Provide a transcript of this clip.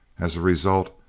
as a result,